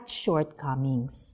shortcomings